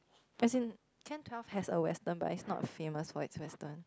as in can twelve has a western but is not famous for its western